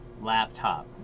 laptop